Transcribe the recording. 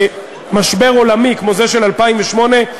משבר עולמי כמו זה של 2008,